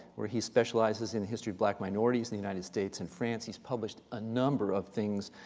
where he specializes in the history of black minorities in the united states and france. he's published a number of things,